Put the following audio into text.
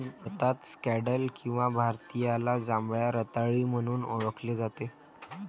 भारतात स्कँडल किंवा भारतीयाला जांभळ्या रताळी म्हणून ओळखले जाते